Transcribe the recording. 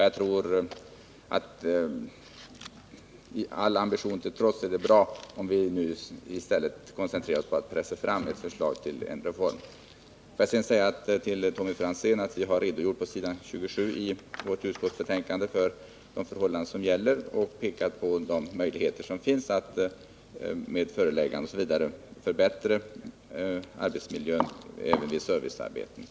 Jag tror, alla ambitioner om delreformer till trots, att det är bra om vi nu i stället koncentrerar oss på att pressa fram ett förslag till helhetsreform. Får jag sedan säga till Tommy Franzén att vi på s. 27 i utskottsbetänkandet har redogjort för de förhållanden som gäller och pekat på de möjligheter med föreläggande osv. som finns för att åstadkomma bättre arbetsmiljö vid servicearbeten.